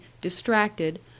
distracted